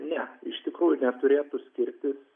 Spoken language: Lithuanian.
ne iš tikrųjų neturėtų skirtis